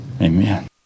Amen